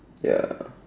ya